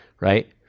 right